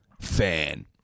fan